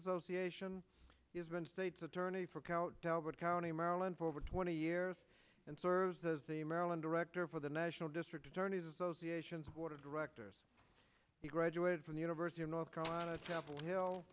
association has been state's attorney for kowtow but county maryland for over twenty years and serves as the maryland director for the national district attorneys association board of directors he graduated from the university of north carolina chapel hill